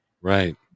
Right